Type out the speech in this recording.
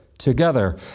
Together